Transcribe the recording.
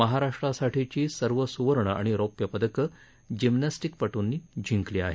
महाराष्ट्रातल्या सर्व सुवर्ण आणि रौप्य पदकं जिम्नस्टिकपटूंनी जिंकली आहेत